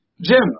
Jim